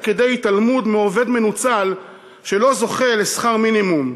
כדי התעלמות מעובד מנוצל שלא זוכה לשכר מינימום,